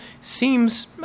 seems